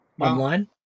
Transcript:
online